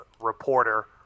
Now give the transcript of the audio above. reporter